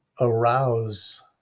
arouse